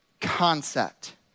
concept